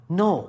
no